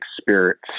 spirits